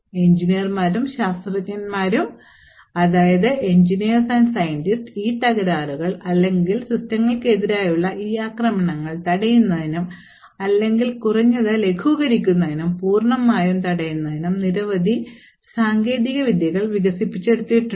എഞ്ചിനീയർമാരും ശാസ്ത്രജ്ഞരും ഈ തകരാറുകൾ അല്ലെങ്കിൽ സിസ്റ്റങ്ങൾക്കെതിരായ ഈ ആക്രമണങ്ങൾ തടയുന്നതിനും അല്ലെങ്കിൽ കുറഞ്ഞത് ലഘൂകരിക്കുന്നതിനും പൂർണ്ണമായും തടയുന്നിനും നിരവധി സാങ്കേതിക വിദ്യകൾ വികസിപ്പിച്ചെടുത്തിട്ടുണ്ട്